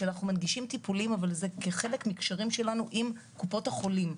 שאנחנו מנגישים להם טיפולים אבל זה כחלק מהקשרים שלנו עם קופות החולים,